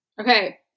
okay